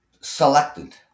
selected